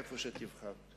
איפה שתבחר.